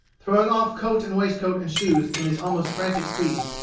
throwing off coat and waistcoat and shoes, in his almost frantic speed,